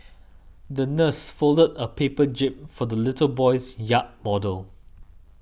the nurse folded a paper jib for the little boy's yacht model